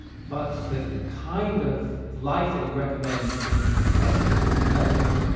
but the kind of life that he recommends in his essays and his letters,